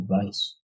advice